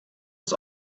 was